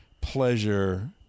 pleasure